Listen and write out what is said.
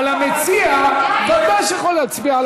אבל המציע בוודאי יכול להצביע,